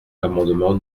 l’amendement